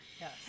Yes